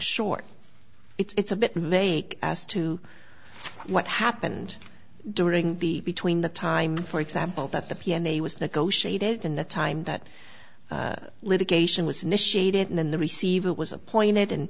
short it's a bit make as to what happened during the between the time for example that the p s a was negotiated and the time that litigation was initiated and then the receiver was appointed and